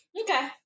Okay